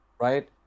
Right